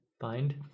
find